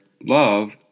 love